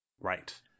Right